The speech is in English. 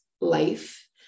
life